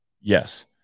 Yes